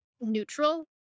neutral